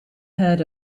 heard